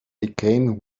became